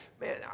man